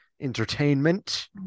entertainment